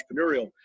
entrepreneurial